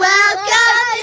Welcome